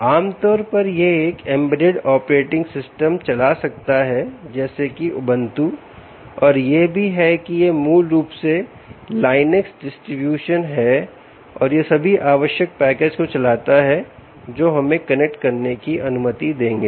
आमतौर पर यह एक एम्बेडेड ऑपरेटिंग सिस्टम चला सकता है जैसे कि ubuntu और यह भी है कि यह मूल रूप से लिनक्स वितरण है और यह सभी आवश्यक पैकेज को चलाता है जो हमें कनेक्ट करने की अनुमति देंगे